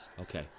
Okay